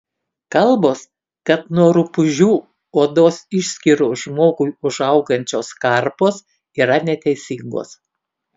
kalbos kad nuo rupūžių odos išskyrų žmogui užaugančios karpos yra neteisingos